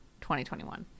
2021